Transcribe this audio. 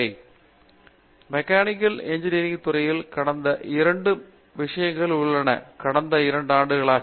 பேராசிரியர் Babu Viswanath mechanical engineering துறையில் கடத்த ஆண்டுகளில் 2 விஷயங்கள் நடந்துள்ளன